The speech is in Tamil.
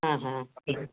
ஆஹான் ஓகே